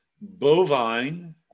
bovine